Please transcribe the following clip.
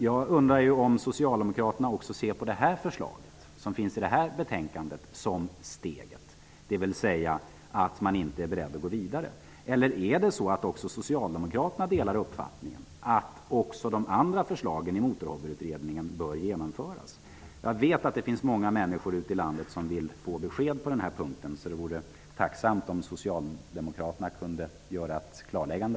Jag undrar om Socialdemokraterna också ser på det förslag som finns i detta betänkande som ett steg, dvs. att man inte är beredd att gå vidare. Eller delar Socialdemokraterna uppfattningen att även de andra förslagen i Motorhobbyutredningen bör genomföras? Jag vet att det finns många människor ute i landet som vill få besked på denna punkt. Jag vore därför tacksam om Socialdemokraterna kunde göra ett klarläggande.